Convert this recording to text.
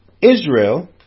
Israel